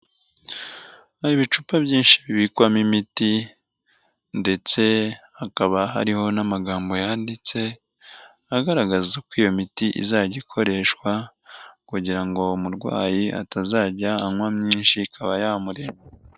Hari ibicupa byinshi bibikwamo imiti ndetse hakaba hariho n'amagambo yanditse agaragaza ko iyo miti izajya ikoreshwa, kugira ngo uwo murwayi atazajya anywa myinshi ikaba yamurembya.